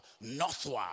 northward